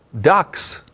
ducks